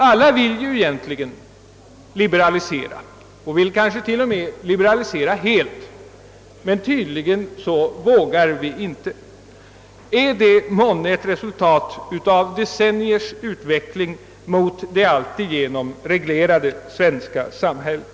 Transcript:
Alla vill egentligen liberalisera på detta område och önskar kanske t.o.m. göra det helt, men tydligen vågar vi inte — är det månne ett resultat av decenniers utveckling mot det alltigenom reglerade svenska samhället?